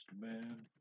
man